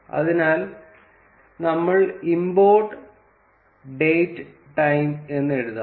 അതിനാൽ നമ്മൾ 'import date time' എന്ന് എഴുതാം